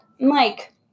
Mike